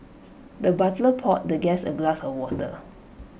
the butler poured the guest A glass of water